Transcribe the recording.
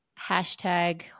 Hashtag